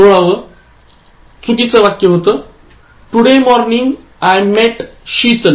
16 चुकीचे वाक्य होते Today morning I met Sheetal